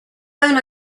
own